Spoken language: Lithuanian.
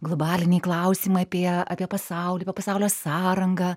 globaliniai klausimai apie apie pasaulį apie pasaulio sąrangą